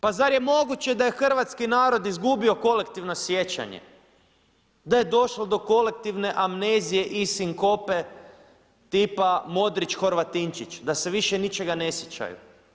Pa zar je moguće da je hrvatski narod izgubio kolektivno sjećanje, da je došlo do kolektivne amnezije i sinkope tipa Modrić, Horvatinčić, da se više ničega ne sjećaju?